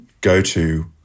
go-to